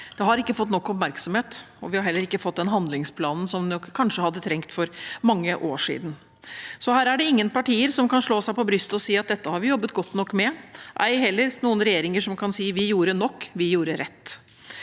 Det har ikke fått nok oppmerksomhet, og vi har heller ikke fått den handlingsplanen som vi kanskje hadde trengt for mange år siden. Her kan ingen partier slå seg på brystet og si at dette har vi jobbet godt nok med, ei heller noen regjeringer kan si at de gjorde nok, de gjorde rett.